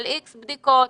על "איקס" בדיקות.